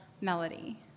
melody